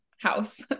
house